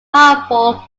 harmful